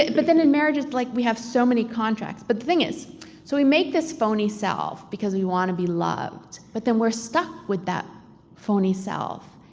but then in marriage it's like we have so many contracts, but the thing is, so we make this phony self because we wanna be loved but then we're stuck with that phony self,